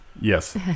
Yes